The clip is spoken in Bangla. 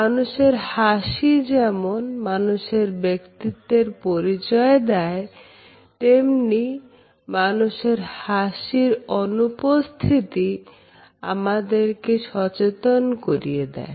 মানুষের হাসি যেমন মানুষের ব্যক্তিত্বের পরিচয় দেয় তেমনি মানুষের হাসির অনুপস্থিতি আমাদেরকে সচেতন করিয়ে দেয়